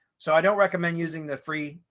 so i don't recommend using the free.